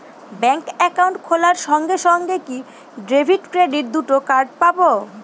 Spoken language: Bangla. ব্যাংক অ্যাকাউন্ট খোলার সঙ্গে সঙ্গে কি ডেবিট ক্রেডিট দুটো কার্ড পাবো?